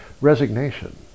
resignation